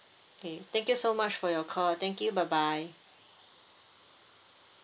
okay thank you so much for your call thank you bye bye